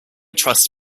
trust